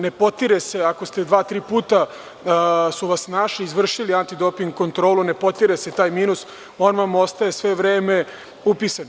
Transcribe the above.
Ne potire se ako su vas dva-tri puta našli i izvršili antidoping kontrolu, ne potire se taj minus, već vam on ostaje sve vreme upisan.